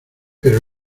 pero